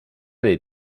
dei